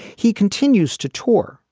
he continues to tour,